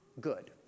good